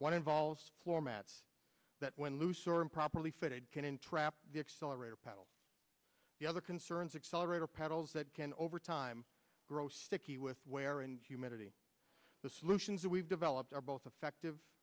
one involves floor mats that when loose or improperly fitted can entrap the accelerator pedal the other concerns accelerator pedals that can over time grow sticky with wear and humidity the solutions that we've developed are both affective